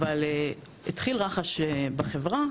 אבל התחיל רחש בחברה.